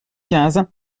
quinze